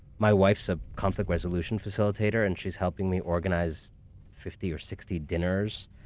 my wife's a conflict resolution facilitator and she's helping me organize fifty or sixty dinners,